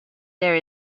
there